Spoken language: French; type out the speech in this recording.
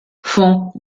font